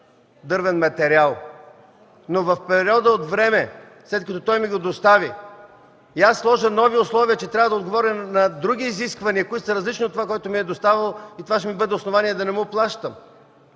дървен материал, но в периода от време, след като той ми го достави, аз поставям нови условия, че трябва да отговаря на други изисквания, различни от това, което ми е доставил, и това ще ми бъде основание да не му плащам